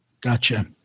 Gotcha